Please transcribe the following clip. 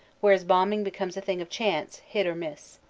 where his bombing becomes a thing of chance, hit or miss.